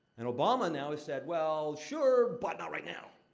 and obama, now, has said, well, sure, but not right now.